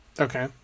Okay